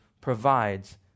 provides